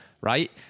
right